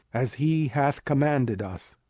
as he hath commanded us.